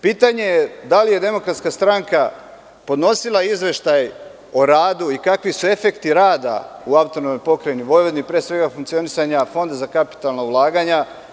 Pitanje je da li je Demokratska stranka podnosila izveštaj o radu i kakvi su efekti rada u AP Vojvodini, pre svega funkcionisanja Fonda za kapitalna ulaganja.